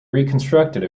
reconstructed